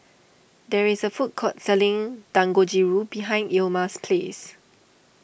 there is a food court selling Dangojiru behind Ilma's house